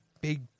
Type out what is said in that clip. big